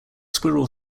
squirrel